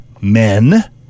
men